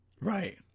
right